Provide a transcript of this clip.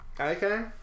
Okay